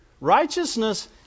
Righteousness